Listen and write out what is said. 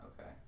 Okay